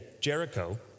Jericho